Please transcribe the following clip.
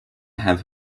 have